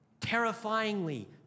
terrifyingly